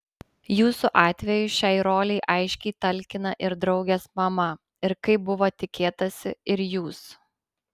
jūsų atveju šiai rolei aiškiai talkina ir draugės mama ir kaip buvo tikėtasi ir jūs